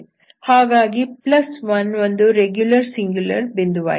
ಹಾಗಾಗಿ 1 ಒಂದು regular singular ಬಿಂದುವಾಗಿದೆ